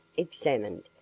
examined,